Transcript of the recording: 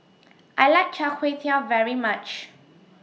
I like Char Kway Teow very much